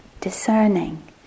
discerning